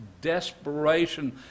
desperation